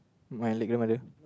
my late grandmother